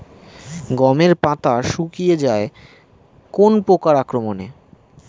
গমের পাতা শুকিয়ে যায় কোন পোকার আক্রমনে?